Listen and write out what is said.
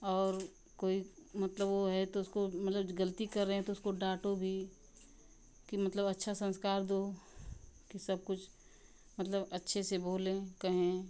और कोई मतलब वह है तो उसको मतलब जो गलती करें तो उसको डांटो भी कि मतलब अच्छा संस्कार दो कि सब कुछ मतलब अच्छे से बोलें कहें